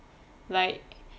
like